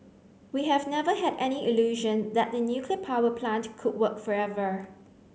we have never had any illusion that the nuclear power plant could work forever